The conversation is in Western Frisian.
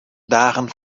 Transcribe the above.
dagen